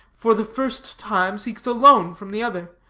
for the first time seeks a loan from the other,